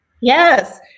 Yes